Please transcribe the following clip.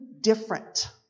different